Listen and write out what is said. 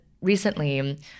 recently